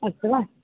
अस्तु वा